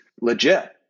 legit